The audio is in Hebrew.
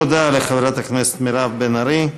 תודה לחברת הכנסת מירב בן ארי.